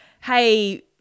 hey –